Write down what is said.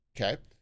Okay